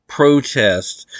protests